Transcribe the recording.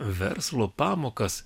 verslo pamokas